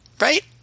right